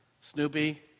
Snoopy